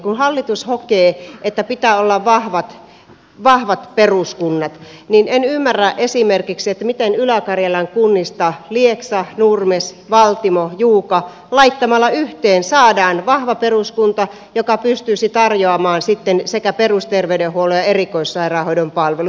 kun hallitus hokee että pitää olla vahvat peruskunnat niin en ymmärrä esimerkiksi miten ylä karjalan kunnista lieksa nurmes valtimo juuka laittamalla yhteen saadaan vahva peruskunta joka pystyisi tarjoamaan sitten sekä perusterveydenhuollon että erikoissairaanhoidon palvelut